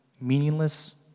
meaningless